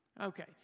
Okay